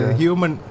human